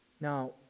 Now